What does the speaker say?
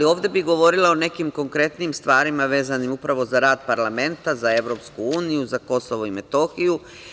Ovde bi govorila o nekim konkretnim stvarima vezanim upravo za rad parlamenta, za EU, za KiM.